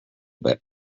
bit